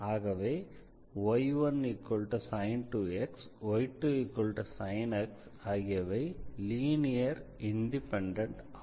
ஆகவே y1sin 2x y2sin x ஆகியவை linear independent ஆகும்